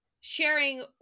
sharing